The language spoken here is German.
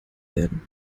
werden